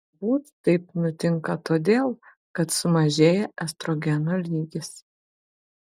galbūt taip nutinka todėl kad sumažėja estrogeno lygis